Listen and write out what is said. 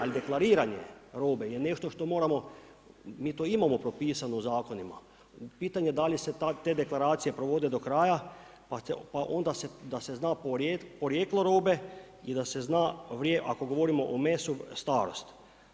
Ali deklariranje robe je nešto što moramo, mi to imamo propisano zakonima, pitanje je da li se te deklaracije provode do kraja pa onda se, da se zna porijeklo robe i da se zna, ako govorimo o mesu starost.